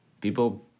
people